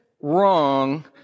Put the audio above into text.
wrong